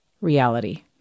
reality